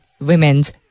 women's